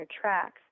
tracks